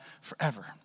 forever